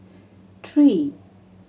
three